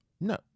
no